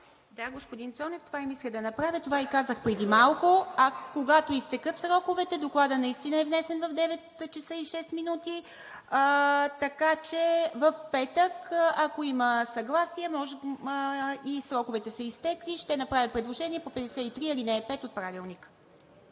Да, господин Цонев, това и мисля да направя. Това и казах преди малко. А когато изтекат сроковете, Докладът наистина е внесен в 9,06 ч., така че в петък, ако има съгласие и сроковете са изтекли, ще направя предложение по чл. 53, ал. 5 от Правилника.